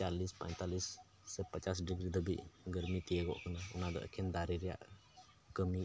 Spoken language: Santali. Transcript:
ᱪᱟᱹᱞᱤᱥ ᱯᱚᱸᱛᱟᱞᱤᱥ ᱥᱮ ᱯᱚᱸᱪᱟᱥ ᱰᱤᱜᱽᱨᱤ ᱫᱷᱟᱹᱵᱤᱡ ᱜᱟᱹᱨᱢᱤ ᱛᱤᱭᱳᱜ ᱠᱟᱱᱟ ᱚᱱᱟ ᱫᱚ ᱮᱠᱷᱮᱱ ᱫᱟᱨᱮ ᱨᱮᱭᱟᱜ ᱠᱟᱹᱢᱤ